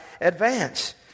advance